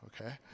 okay